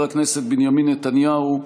חבר הכנסת בנימין נתניהו,